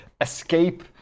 escape